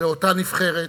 באותה נבחרת,